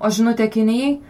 o žinutė kinijai